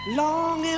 long